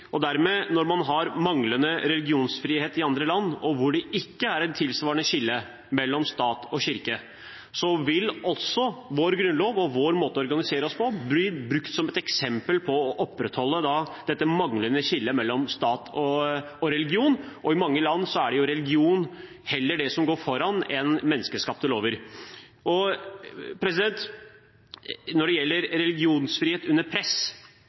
tilsvarende skille mellom stat og kirke, vil dermed vår grunnlov og vår måte å organisere oss på bli brukt som et eksempel på opprettholdelse av dette manglende skillet mellom stat og religion, og i mange land er det heller religion som går foran, og ikke menneskeskapte lover. Når det gjelder religionsfrihet under press: